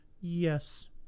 Yes